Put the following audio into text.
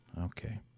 Okay